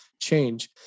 change